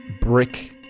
brick